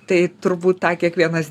tai turbūt tą kiekvienas